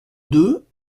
deux